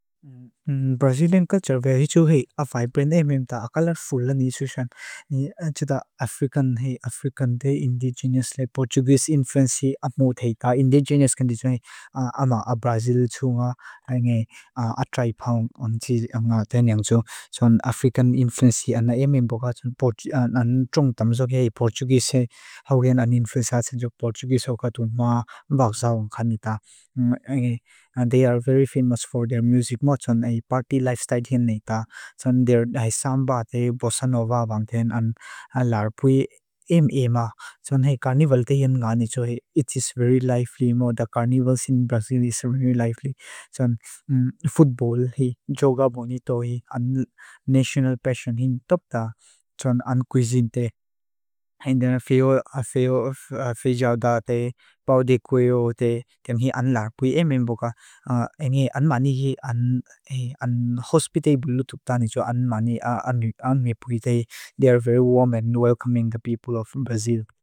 Brazilian culture vehi chu hei, a vibrant e meam praelectionem, a colorfulan isu xan. Chida african hei, african de indigenious lai, portuguese influency, a mut hei ta. Indigenious kan diso hei, ama a brazil tua, a traipaun on tia, a nga tia nyang tua. African influence hei, a na e meam praelectionem, a nang trung tamsoke hei, portuguese hei. Haugen an influence atse jok portuguese okatun maa, magzaon kanita. Hei, they are very famous for their music, maa tson hei, party lifestyle hyen neita. Tson their, hai samba te, bossa nova vangten, an larpui em ema. Tson hei, carnival te hyen ngani cho hei, it is very lively mo, the carnivals in Brazil is very lively. Tson, hei, joga boni to hei, an national passion hyen topta, tson an cuisine te. Hei, feo fejao da te, pao de cueo te, tem hei an larpui ema ema boka. Hei, an mani hei, an hospitae bulutup ta ni jo, an mani, an mi pui te. They are very warm and welcoming, the people of Brazil.